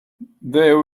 there